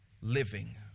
living